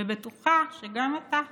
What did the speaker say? ובטוחה שגם אתה תוהה,